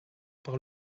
par